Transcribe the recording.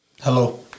hello